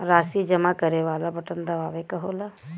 राशी जमा करे वाला बटन दबावे क होला